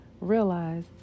realize